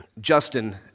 Justin